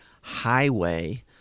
highway